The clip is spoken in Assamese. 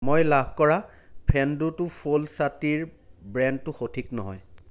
মই লাভ কৰা ফেন্দো টু ফ'ল্ড ছাতিৰ ব্ৰেণ্ডটো সঠিক নহয়